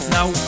Now